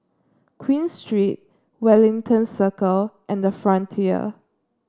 Queen Street Wellington Circle and the Frontier